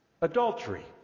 Adultery